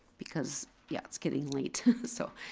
because, yeah. it's getting late, so,